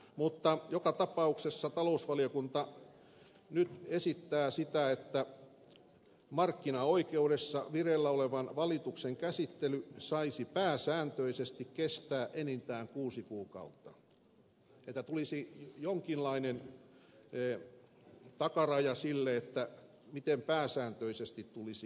mutta joka tapauksessa talousvaliokunta nyt esittää sitä että markkinaoikeudessa vireillä olevan valituksen käsittely saisi pääsääntöisesti kestää enintään kuusi kuukautta että tulisi jonkinlainen takaraja sille miten pääsääntöisesti tulisi menetellä